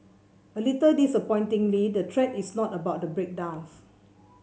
a little disappointingly the thread is not about the breakdowns